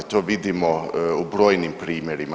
To vidimo u brojnim primjerima.